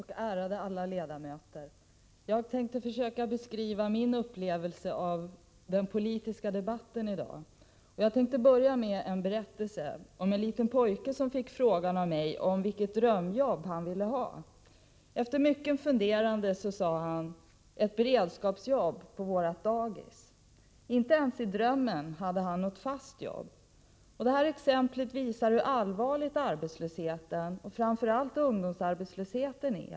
Herr talman! Jag tänkte försöka beskriva min upplevelse av den politiska debatten i dag. Jag skall börja med en berättelse om en liten pojke som fick frågan av mig om vilket drömjobb han ville ha. Efter mycket funderande sade han: ”Ett beredskapsjobb på vårt dagis.” Inte ens i drömmen hade han något fast jobb. Detta exempel visar hur allvarlig arbetslösheten och speciellt ungdomsarbetslösheten är.